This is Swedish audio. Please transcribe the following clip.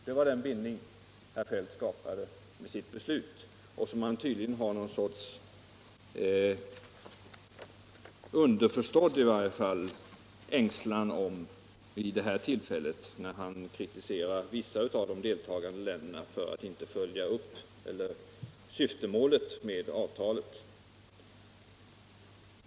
Det var den bindning herr Feldt skapade med sitt beslut, och som han tydligen har någon sorts — i varje fall underförstådd — ängslan för vid det här tillfället, när han kritiserar vissa av de deltagande länderna för att icke följa upp syftet med avtalet.